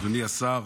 אדוני השר,